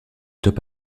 top